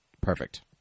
Perfect